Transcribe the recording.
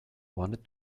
wanted